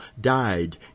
died